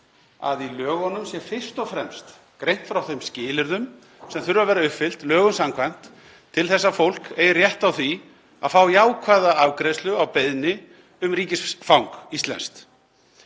að í lögunum sé fyrst og fremst greint frá þeim skilyrðum sem þurfa að vera uppfyllt lögum samkvæmt til að fólk eigi rétt á því að fá jákvæða afgreiðslu á beiðni um íslenskt